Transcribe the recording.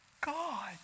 God